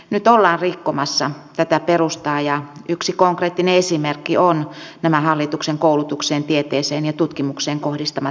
nyt ollaan rikkomassa tätä perustaa ja yksi konkreettinen esimerkki ovat nämä hallituksen koulutukseen tieteeseen ja tutkimukseen kohdistamat säästöt